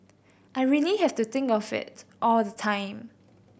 I really have to think of it all the time